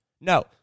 no